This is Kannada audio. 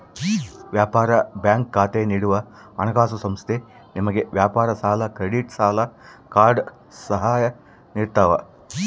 ವ್ಯಾಪಾರ ಬ್ಯಾಂಕ್ ಖಾತೆ ನೀಡುವ ಹಣಕಾಸುಸಂಸ್ಥೆ ನಿಮಗೆ ವ್ಯಾಪಾರ ಸಾಲ ಕ್ರೆಡಿಟ್ ಸಾಲ ಕಾರ್ಡ್ ಸಹ ನಿಡ್ತವ